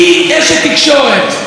היא אשת תקשורת,